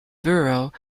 borough